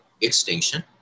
extinction